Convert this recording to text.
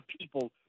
people